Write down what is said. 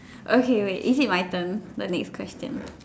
okay wait is it my turn the next question